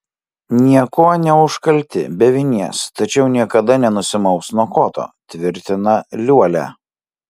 niekuo neužkalti be vinies tačiau niekada nenusimaus nuo koto tvirtina liuolia